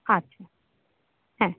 আচ্ছা হ্যাঁ